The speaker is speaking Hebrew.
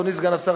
אדוני סגן השר,